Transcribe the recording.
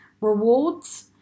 rewards